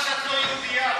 חבל שאת לא יהודייה,